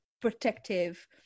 protective